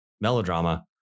melodrama